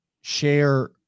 share